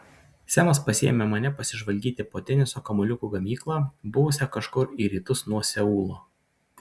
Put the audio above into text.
semas pasiėmė mane pasižvalgyti po teniso kamuoliukų gamyklą buvusią kažkur į rytus nuo seulo